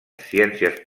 ciències